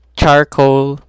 charcoal